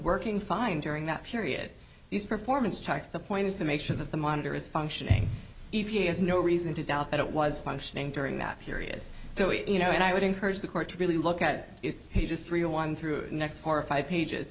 working fine during that period these performance checks the point is to make sure that the monitor is functioning e p a has no reason to doubt that it was functioning during that period so it you know and i would encourage the court to really look at its pages three one through the next four or five pages